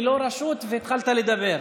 זה לא מקובל, אתה חזרת ללא רשות והתחלת לדבר.